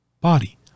body